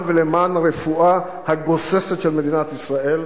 ולמען הרפואה הגוססת של מדינת ישראל?